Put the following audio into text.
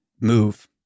move